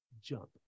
Jump